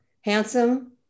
handsome